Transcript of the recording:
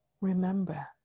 remember